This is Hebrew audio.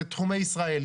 זה תחומי ישראל.